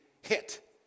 hit